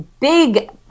big